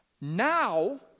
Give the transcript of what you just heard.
Now